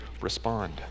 respond